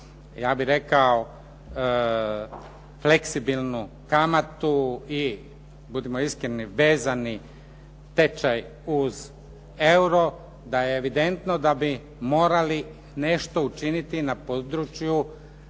ja bih rekao fleksibilnu kamatu i, budimo iskreni vezani tečaj uz euro, da je evidentno da bi morali nešto učiniti na području